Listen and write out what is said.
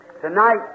Tonight